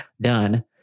done